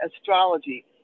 astrology